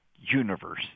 universe